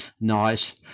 Nice